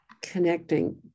connecting